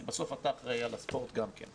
כי אתה אחראי על הספורט גם כן.